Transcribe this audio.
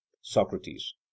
socrates